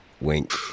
Wink